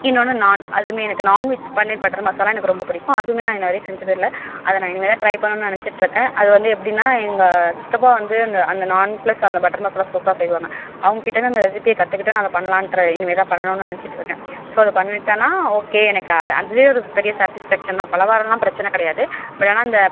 இன்னொன்று நான் அதுவுமே எனக்கு நான் வித் பன்னீர் பட்டர் மசாலா எனக்கு ரொம்ப பிடிக்கும் அதுவுமே நான் இன்று வரையும் செஞ்சதில்லை அதை நான் இனிமே தான் ட்ரை பண்ணணுன் நினச்சிட்ருக்கேன் அது வந்து எப்படின்னா எங்கள் சித்தப்பா வந்து அந்த அந்த நான் பிளஸ் அந்த பட்டர் மசாலா சூப்பராக செய்வாங்க அவங்க கிட்டேருந்து அந்த ரெஸிபியை கற்றுக்கிட்டு நான் அதை பண்ணலான்ட்டு இனிமேதான் பண்ணணுன்னு நினச்சிட்ருக்கேன் ஸோ அது பண்ணிட்டேனா ஓகே எனக்கு அதே ஒரு பெரிய சாட்டிஸ்ஃபேக்ஷன் தான் பலகாரலாம் பிரச்சனை கிடையாது பட் ஆனால் அந்த